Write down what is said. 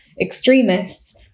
extremists